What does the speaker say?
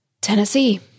Tennessee